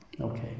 Okay